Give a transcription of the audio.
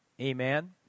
Amen